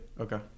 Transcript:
Okay